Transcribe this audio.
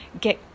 get